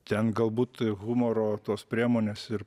ten galbūt humoro tos priemonės ir